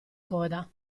coda